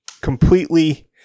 completely